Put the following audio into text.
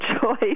choice